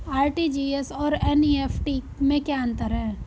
RTGS और NEFT में क्या अंतर है?